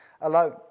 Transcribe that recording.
alone